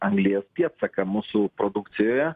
anglies pėdsaką mūsų produkcijoje